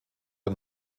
ein